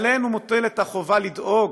עלינו מוטלת החובה לדאוג